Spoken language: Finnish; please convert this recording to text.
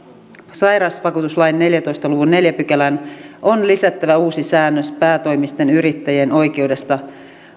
sairausvakuutuslain neljäntoista luvun neljänteen pykälään on lisättävä uusi säännös päätoimisten yrittäjien oikeudesta kahdentuhannenviidensadan euron korvaukseen